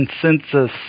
consensus